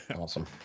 Awesome